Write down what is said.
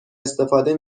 استفاده